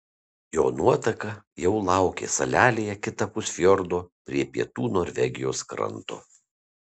jo nuotaka jau laukė salelėje kitapus fjordo prie pietų norvegijos kranto